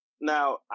Now